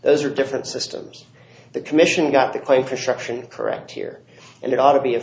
those are different systems the commission got the quaker struction correct here and it ought to be a